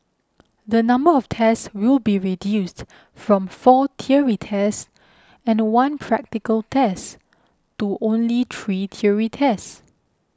the number of tests will be reduced from four theory tests and one practical test to only three theory tests